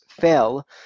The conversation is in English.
fell